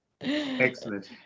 Excellent